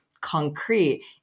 concrete